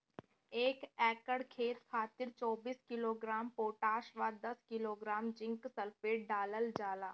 एक एकड़ खेत खातिर चौबीस किलोग्राम पोटाश व दस किलोग्राम जिंक सल्फेट डालल जाला?